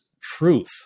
truth